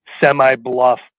semi-bluff